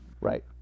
right